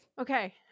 Okay